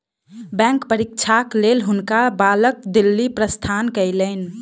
bank परीक्षाक लेल हुनका बालक दिल्ली प्रस्थान कयलैन